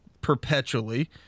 perpetually